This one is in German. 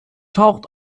taucht